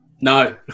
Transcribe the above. No